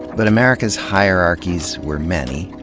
but america's hierarchies were many,